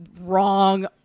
wrong